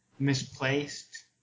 misplaced